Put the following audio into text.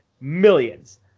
millions